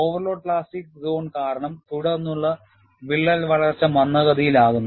overload plastic zone കാരണം തുടർന്നുള്ള വിള്ളൽ വളർച്ച മന്ദഗതിയിലാകുന്നു